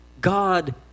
God